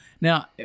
Now